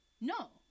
No